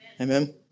Amen